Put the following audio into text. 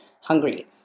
hungry